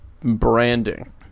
branding